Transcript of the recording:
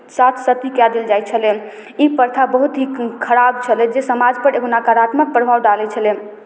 साथ सती कए देल जाइत छलनि ई प्रथा बहुत ही खराब छलै जे समाजपर एगो नकारात्मक प्रभाव डालैत छलै